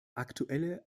aktuelle